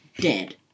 dead